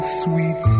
sweet